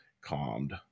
calmed